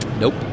Nope